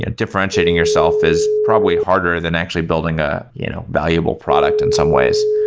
ah differentiating yourself is probably harder than actually building a you know valuable product in some ways.